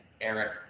Eric